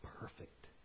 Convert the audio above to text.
perfect